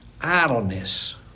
Idleness